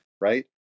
right